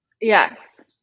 Yes